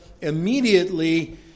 immediately